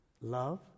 Love